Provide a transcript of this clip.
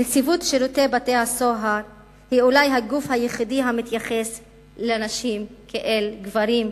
נציבות שירות בתי-הסוהר היא אולי הגוף היחיד המתייחס לנשים כאל גברים.